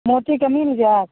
मोतीके मिलि जाएत